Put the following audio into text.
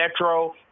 Metro